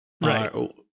Right